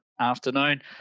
afternoon